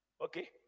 Okay